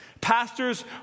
Pastors